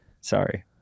sorry